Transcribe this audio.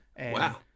Wow